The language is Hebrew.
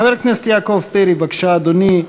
חבר הכנסת יעקב פרי, בבקשה, אדוני.